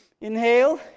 Inhale